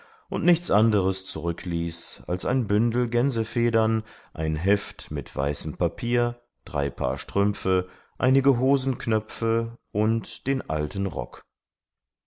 und nichts anderes zurückließ als ein bündel gänsefedern ein heft mit weißem papier drei paar strümpfe einige hosenknöpfe und den alten rock